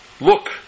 look